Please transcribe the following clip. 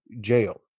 jail